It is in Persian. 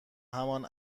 همان